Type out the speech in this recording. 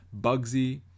Bugsy